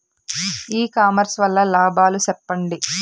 ఇ commerce వల్ల లాభాలు సెప్పండి?